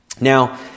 Now